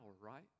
right